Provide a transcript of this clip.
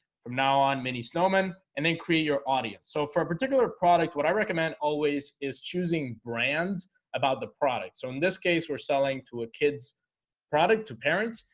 from now on mini snowmen and then create your audience so for a particular product, what i recommend always is choosing brands about the. so in this case, we're selling to a kids product to parents.